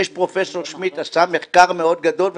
פרופ' שמיד עשה מחקר מאוד גדול,